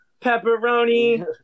pepperoni